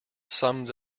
summed